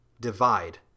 Divide